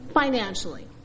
financially